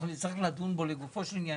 נצטרך לדון בו לגופו של עניין,